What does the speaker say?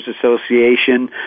Association